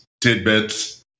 tidbits